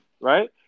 right